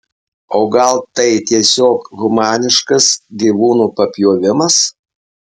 o gal tai tiesiog humaniškas gyvūnų papjovimas